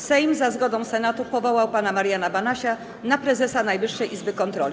Sejm, za zgodą Senatu, powołał pana Mariana Banasia na prezesa Najwyższej Izby Kontroli.